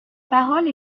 parole